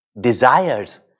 desires